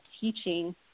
teaching